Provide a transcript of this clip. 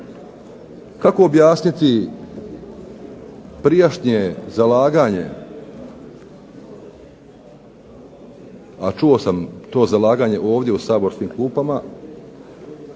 Kako objasniti prijašnje zalaganje, a čuo sam to zalaganje ovdje u saborskim klupama